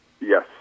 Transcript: Yes